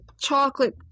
chocolate